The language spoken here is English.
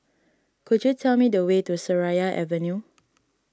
could you tell me the way to Seraya Avenue